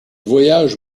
voyage